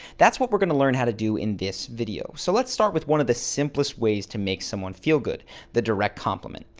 that's what we're going to learn how to do in this video so let's start with one of the simplest ways to make someone feel good the direct compliment.